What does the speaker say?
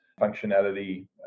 functionality